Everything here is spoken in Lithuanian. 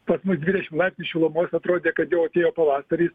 pas mus dvidešim laipsnių šilumos atrodė kad jau atėjo pavasaris